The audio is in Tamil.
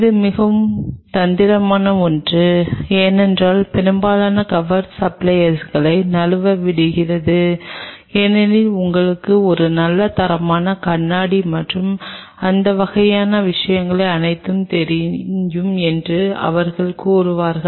இது மிகவும் தந்திரமான ஒன்று ஏனென்றால் பெரும்பாலான கவர் சப்ளையர்களை நழுவ விடுகிறது ஏனெனில் உங்களுக்கு ஒரு நல்ல தரமான கண்ணாடி மற்றும் இந்த வகையான விஷயங்கள் அனைத்தும் தெரியும் என்று அவர்கள் கூறுவார்கள்